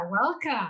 welcome